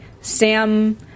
Sam